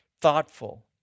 thoughtful